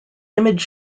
image